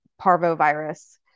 parvovirus